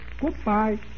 Goodbye